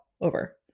over